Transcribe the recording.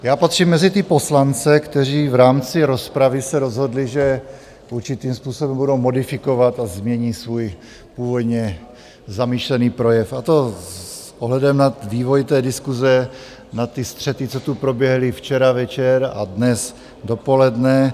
Já patřím mezi ty poslance, kteří v rámci rozpravy se rozhodli, že určitým způsobem budou modifikovat a změní svůj původně zamýšlený projev, a to s ohledem na vývoj té diskuse, na ty střety, co tu proběhly včera večer a dnes dopoledne.